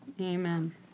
Amen